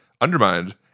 undermined